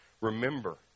Remember